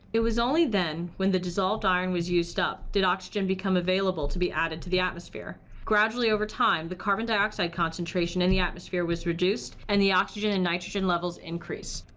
it was only then, when the dissolved iron was used up, did oxygen become available to be added to the atmosphere. gradually, over time, the carbon dioxide concentration in the atmosphere was reduced and the oxygen and nitrogen levels increased.